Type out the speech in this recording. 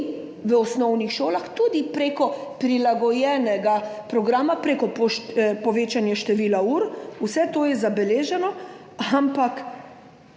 v osnovnih šolah, tudi prek prilagojenega programa, prek povečanja števila ur. Vse to je zabeleženo, ampak